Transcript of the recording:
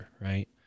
right